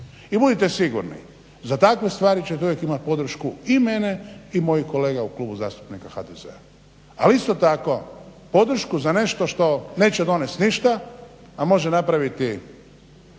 I budite sigurni za takve stvari ćete uvijek imati podršku i mene i mojih kolega u klubu zastupnika HDZ-a, ali isto tako podršku za nešto što neće donest ništa a može napraviti